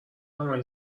همش